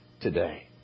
today